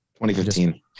2015